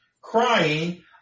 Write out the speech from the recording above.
crying